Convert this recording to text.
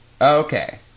Okay